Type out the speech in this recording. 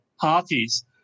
parties